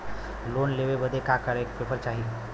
Loan लेवे बदे का का पेपर चाही?